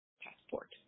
passport